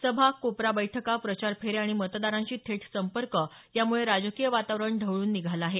सभा कोपरा बैठका प्रचार फेऱ्या आणि मतदारांशी थेट संपर्क याम्ळे राजकीय वातावरण ढवळून निघालं आहे